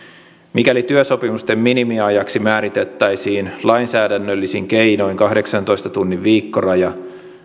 mikäli työsopimusten minimiajaksi määritettäisiin lainsäädännöllisin keinoin kahdeksantoista tunnin viikkoraja